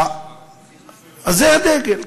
אז זה הדגל.